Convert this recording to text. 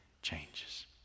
changes